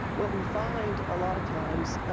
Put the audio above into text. what we find a lot of times,